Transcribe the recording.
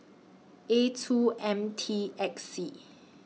A two M T X C